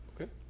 Okay